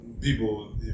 People